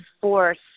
force